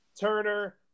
Turner